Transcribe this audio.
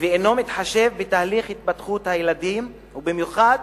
ואינו מתחשב בתהליך ההתפתחות של הילדים, ובמיוחד